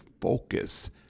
focus